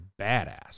badass